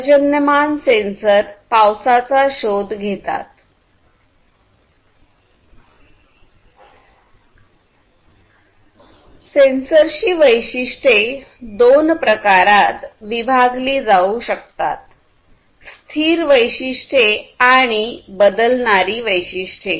पर्जन्यमान सेन्सर पावसाचा शोध घेतात सेन्सरची वैशिष्ट्ये दोन प्रकारात विभागली जाऊ शकतात स्थिर वैशिष्ट्ये आणि बदलणारी वैशिष्ट्ये